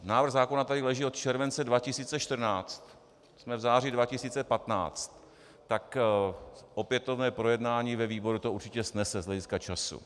Návrh zákona tady leží od července 2014, jsme v září 2015, tak opětovné projednání ve výboru to určitě snese z hlediska času.